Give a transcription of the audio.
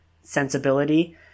sensibility